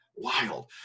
wild